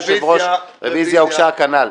רביזיה הוגשה כנ"ל.